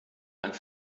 einen